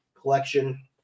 collection